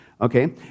Okay